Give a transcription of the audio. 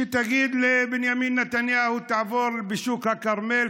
שתגיד לבנימין נתניהו: תעבור בשוק הכרמל,